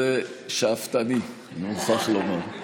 זה שאפתני, אני מוכרח לומר.